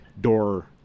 door